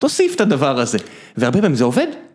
תוסיף את הדבר הזה, והרבה פעמים זה עובד.